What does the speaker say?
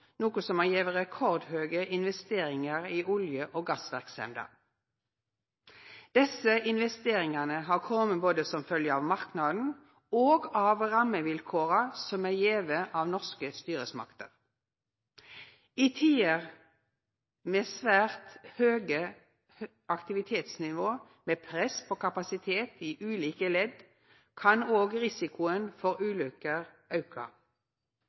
noko som har gjeve rekordhøge investeringar i olje- og gassverksemda. Desse investeringane har kome både som følgje av marknaden og av rammevilkåra som er gjevne av norske styresmakter. I tider med svært høge aktivitetsnivå, og med press på kapasitet i ulike ledd, kan òg risikoen for ulukker auka.